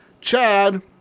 Chad